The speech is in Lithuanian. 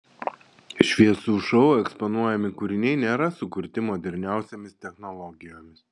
šviesų šou eksponuojami kūriniai nėra sukurti moderniausiomis technologijomis